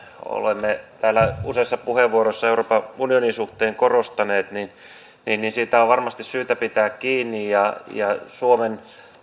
olemme täällä useassa puheenvuorossa euroopan unionin suhteen korostaneet on varmasti syytä pitää kiinni ja ja suomen